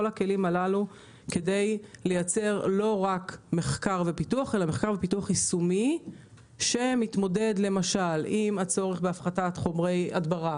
כוונתנו לייצר מחקר ופיתוח יישומים שמתמודד עם הצורך בהפחתת הדברה,